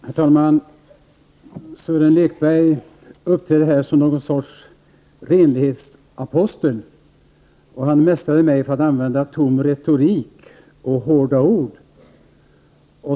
Herr talman! Sören Lekberg uppträder här som någon sorts renlighetsapostel. Han mästrade mig för att ha använt tung retorik och hårda ord.